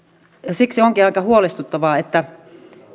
siksi onkin aika huolestuttavaa että